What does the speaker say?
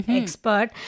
expert